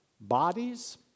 bodies